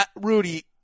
Rudy –